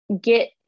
get